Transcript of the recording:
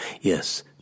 Yes